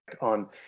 on